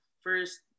first